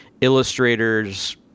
illustrator's